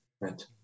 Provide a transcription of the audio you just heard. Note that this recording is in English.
right